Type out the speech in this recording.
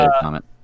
comment